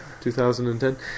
2010